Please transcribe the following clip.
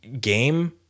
game